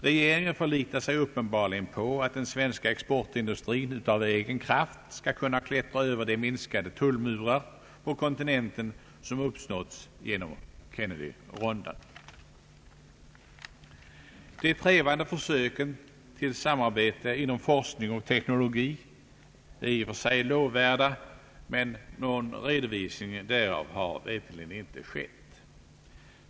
Regeringen förlitar sig uppenbarligen på att den svenska exportindustrin av egen kraft skall kunna klättra över de minskade tullmurar på kontinenten som uppstått genom Kennedyrundan. De trevande försöken till samarbete inom forskning och teknologi är i och för sig lovvärda, men någon redovisning av dem har veterligen inte gjorts.